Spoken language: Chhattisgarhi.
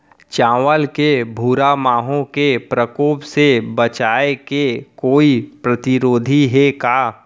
चांवल के भूरा माहो के प्रकोप से बचाये के कोई प्रतिरोधी हे का?